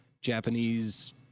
Japanese